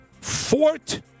Fort